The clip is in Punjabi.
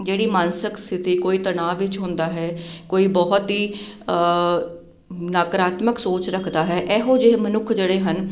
ਜਿਹੜੀ ਮਾਨਸਿਕ ਸਥਿਤੀ ਕੋਈ ਤਣਾਅ ਵਿੱਚ ਹੁੰਦਾ ਹੈ ਕੋਈ ਬਹੁਤ ਹੀ ਨਾਕਰਾਤਮਕ ਸੋਚ ਰੱਖਦਾ ਹੈ ਇਹੋ ਜਿਹੇ ਮਨੁੱਖ ਜਿਹੜੇ ਹਨ